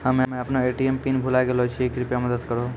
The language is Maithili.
हम्मे अपनो ए.टी.एम पिन भुलाय गेलो छियै, कृपया मदत करहो